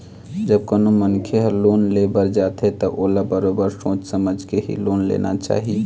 जब कोनो मनखे ह लोन ले बर जाथे त ओला बरोबर सोच समझ के ही लोन लेना चाही